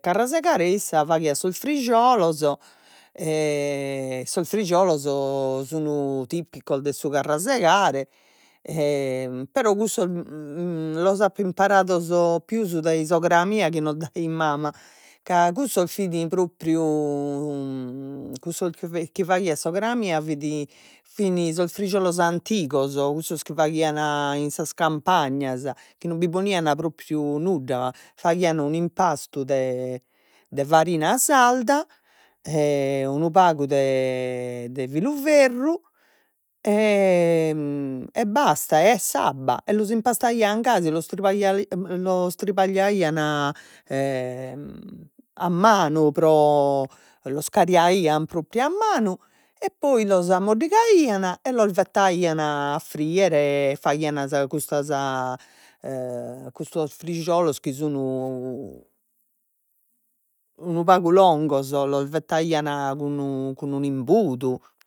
Carrasegare issa faghiat sos frisciolos sos frisciolos sun tipicos de su carrasegare però cussos los apo imparados pius dai sogra mia chi non dai mamma ca cussos fin propriu cussos chi chi faghiat sogra mia fit fin sos frisciolos antigos, cussos chi faghian in sas campagnas, chi non bi ponian propriu nudda, faghian un'impastu de farina sarda e unu pagu de filuferru e basta e s'abba e los impastaian gasi los tribaglian los tribagliaian e a manu pro los cariaian propriu a manu e poi los ammoddigaian e los bettaian a friere, faghian sa custas e custos frisciolos chi unu pagu longos los bettaian cun un'imbudu